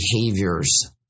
behaviors